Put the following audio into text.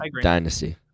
dynasty